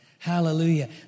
Hallelujah